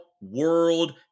world